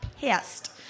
pissed